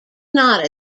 not